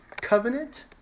Covenant